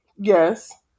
Yes